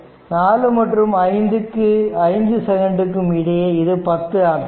4 மற்றும் 5 செகண்ட்டுக்கும் இடையே இது 10 ஆம்பியர்